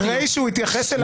אחרי שהוא התייחס אליו ספציפית.